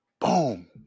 Boom